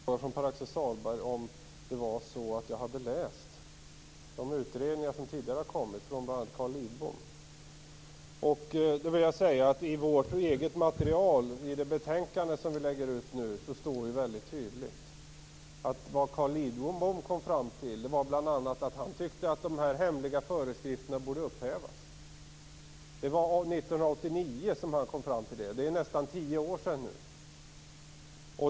Fru talman! Jag fick en fråga från Pär-Axel Sahlberg om jag hade läst de utredningar som tidigare har gjorts, bl.a. av Carl Lidbom. I vårt eget material som ligger till grund för detta betänkande står det väldigt tydligt att vad Carl Lidbom kom fram till var bl.a. att de hemliga föreskrifterna borde upphävas. Det var 1989 som Carl Lidbom kom fram till detta, det är nästan tio år sedan.